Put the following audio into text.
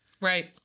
Right